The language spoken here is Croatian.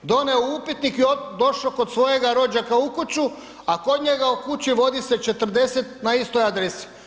Doneo upitnike i došo kod svojega rođaka u kuću, a kod njega u kući vodi se 40 na istoj adresi.